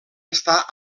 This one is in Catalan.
està